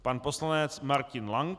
Pan poslanec Martin Lank.